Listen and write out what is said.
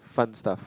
fun stuff